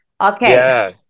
Okay